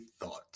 Thought